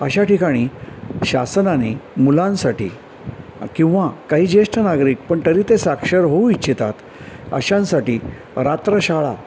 अशा ठिकाणी शासनाने मुलांसाठी किंवा काही जेष्ठ नागरिक पण तरी ते साक्षर होऊ इच्छितात अशांसाठी रात्र शाळा